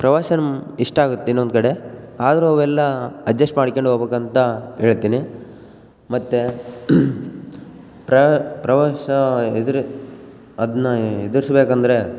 ಪ್ರವಾಸ ಇಷ್ಟ ಆಗತ್ತೆ ಇನ್ನೊಂದು ಕಡೆ ಆದರು ಅವೆಲ್ಲ ಅಜ್ಜಸ್ಟ್ ಮಾಡಿಕೊಂಡ್ ಹೋಬೇಕಂತ ಹೇಳ್ತಿನಿ ಮತ್ತು ಪ್ರವಾಸ ಎದ್ರಿ ಅದನ್ನ ಎದುರಿಸ್ಬೇಕಂದ್ರೆ